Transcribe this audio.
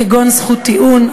כגון זכות טיעון,